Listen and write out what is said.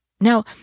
Now